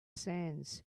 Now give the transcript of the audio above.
sands